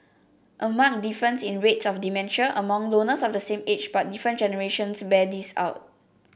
a marked difference in rates of dementia among loners of the same age but different generations bears this out